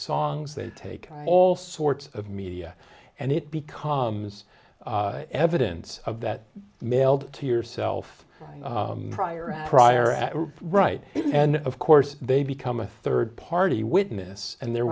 songs they take all sorts of media and it becomes evidence of that mailed to yourself prior prior at right and of course they become a third party witness and they're